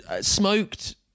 smoked